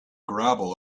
gravel